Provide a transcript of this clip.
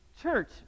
church